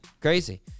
crazy